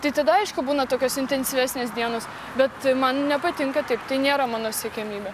tai tada aišku būna tokios intensyvesnės dienos bet man nepatinka taip tai nėra mano siekiamybė